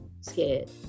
scared